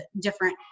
different